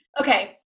Okay